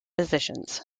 positions